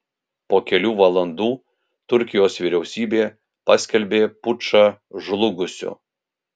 po kelių valandų turkijos vyriausybė paskelbė pučą žlugusiu